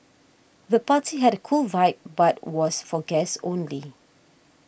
the party had a cool vibe but was for guests only